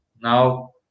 Now